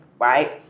right